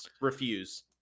Refuse